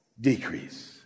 decrease